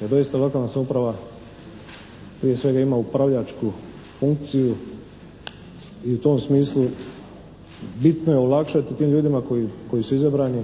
da doista lokalna samouprava prije svega ima upravljačku funkciju i u tom smislu bitno je olakšati tim ljudima koji su izabrani